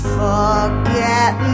forget